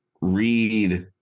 read